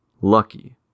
Lucky